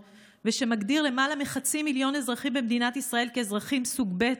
ושמגדיר למעלה מחצי מיליון אזרחים במדינת ישראל כאזרחים סוג ב'